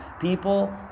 people